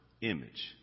image